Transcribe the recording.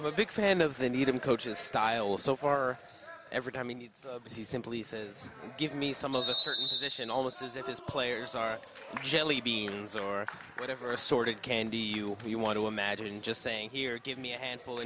i'm a big fan of the needham coach's style so far every time he needs he simply says give me some of a certain position almost as if his players are jelly beans or whatever assorted candy you you want to imagine just saying here give me a handful